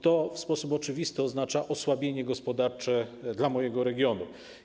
To w sposób oczywisty oznacza osłabienie gospodarcze dla mojego regionu.